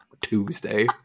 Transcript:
Tuesday